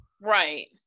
Right